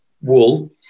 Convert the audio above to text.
wool